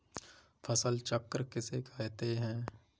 फसल चक्र किसे कहते हैं?